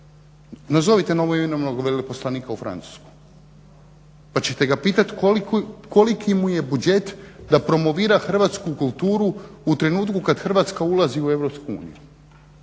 nazovite novoimenovanog veleposlanika u Francusku pa ćete ga pitati koliki mu je budžet da promovira hrvatsku kulturu u trenutku kad Hrvatska ulazi u EU.